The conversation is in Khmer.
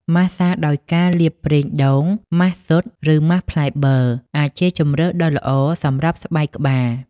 ម៉ាស្សាដោយការលាបប្រេងដូង ម៉ាសស៊ុត ឬម៉ាសផ្លែបឺរ អាចជាជម្រើសដ៏ល្អសម្រប់ស្បែកក្បាល ។